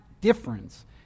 difference